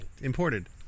imported